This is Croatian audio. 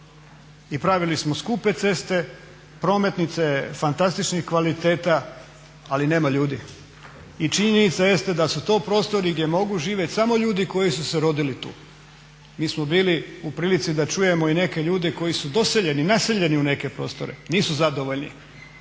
I pravili smo skupe ceste, prometnice fantastičnih kvaliteta, ali nema ljudi. I činjenica jeste da su to prostori gdje mogu živjet samo ljudi koji su se rodili tu. Mi smo bili u prilici da čujemo i neke ljude koji su doseljeni, naseljeni u neke prostore. Nisu zadovoljni,